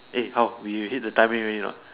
eh how we hit the timing already or not